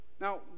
Now